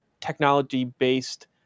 technology-based